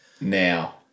now